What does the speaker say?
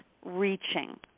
reaching